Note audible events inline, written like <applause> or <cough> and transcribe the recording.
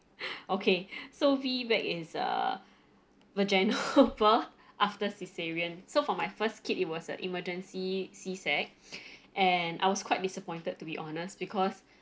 <breath> okay so VBAC is a vaginal <laughs> birth after caesarian so for my first kid it was an emergency C sect <breath> and I was quite disappointed to be honest because